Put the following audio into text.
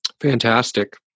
Fantastic